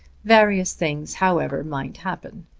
various things, however, might happen.